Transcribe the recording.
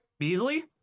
beasley